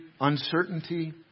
uncertainty